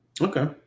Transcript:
Okay